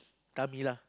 tummy lah